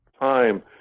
time